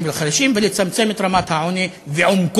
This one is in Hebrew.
לבין חלשים ולצמצם את רמת העוני ועומקו.